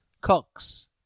cooks